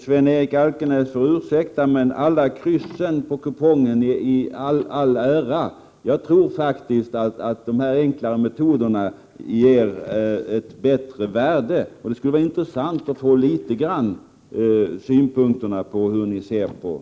Sven-Erik Alkenäs får ursäkta, alla kryssen på kupongen i all ära, jag tror faktiskt att de enklare metoderna ger ett bättre resultat. Det skulle vara intressant att få veta hur ni ser på den här saken.